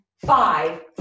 five